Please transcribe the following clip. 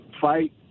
fight